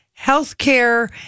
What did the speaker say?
healthcare